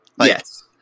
Yes